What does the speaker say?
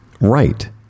right